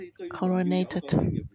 coronated